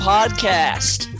Podcast